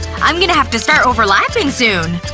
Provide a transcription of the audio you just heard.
i'm gonna have to start overlapping soon.